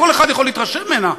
כל אחד יכול להתרשם ממנה,